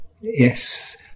Yes